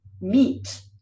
meat